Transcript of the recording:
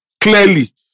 clearly